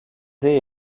day